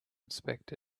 inspect